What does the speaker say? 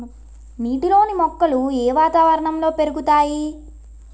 నీటిలోని మొక్కలు ఏ వాతావరణంలో పెరుగుతాయి?